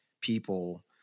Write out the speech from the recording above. people